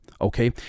Okay